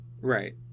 Right